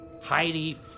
heidi